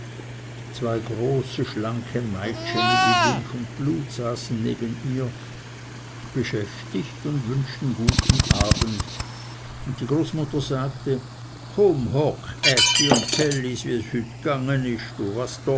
zwei große schlanke meitscheni wie milch und blut neben ihr beschäftigt und wünschten guten abend und die großmutter sagte chum hock ätti und zell is